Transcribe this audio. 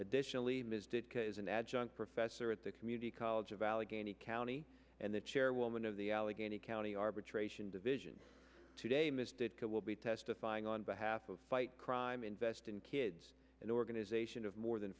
additionally ms did as an adjunct professor at the community college of allegheny county and the chairwoman of the allegheny county arbitration division today misted it will be testifying on behalf of fight crime invest in kids an organization of more than